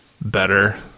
better